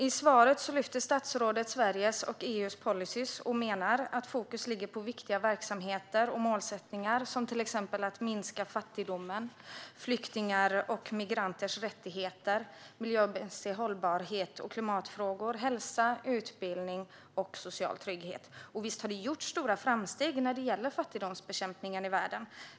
I svaret lyfter statsrådet fram Sveriges och EU:s policyer och menar att fokus ligger på viktiga verksamheter och målsättningar såsom minskad fattigdom, flyktingars och migranters rättigheter, miljömässig hållbarhet och klimatfrågor, hälsa, utbildning och social trygghet. Visst har det gjorts stora framsteg när det gäller fattigdomsbekämpningen i världen.